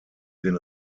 den